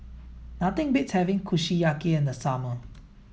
nothing beats having Kushiyaki in the summer